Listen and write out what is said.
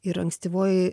ir ankstyvojoj